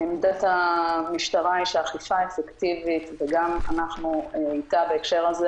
עמדת המשטרה היא שאכיפה אפקטיבית וגם אנחנו אתה בהקשר הזה